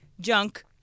junk